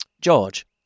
George